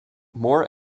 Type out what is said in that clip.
more